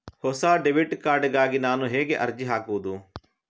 ಹೊಸ debit card ಗಾಗಿ ನಾನು ಹೇಗೆ ಅರ್ಜಿ ಹಾಕುದು?